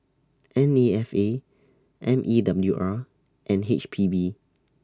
N A F A M E W R and H P B